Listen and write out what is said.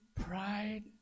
pride